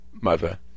mother